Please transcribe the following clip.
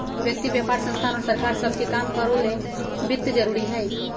व्यक्ति व्यापार संस्थान और सरकार सब के काम करो ले वित्त जरूरी हइ